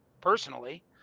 personally